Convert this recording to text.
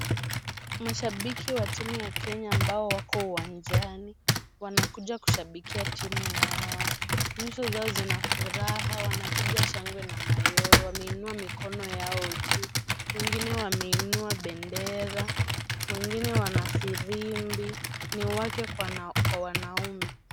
Mashabiki wa timu ya Kenya ambao wako uwanjani, wanakuja kushabikia timu yao, nyuso zao zina furaha wanapiga shangwe na mayowe wameinua mikono yao juu wengine wameinua bendera, wengine wana firimbi ni wake kwa waume.